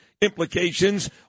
implications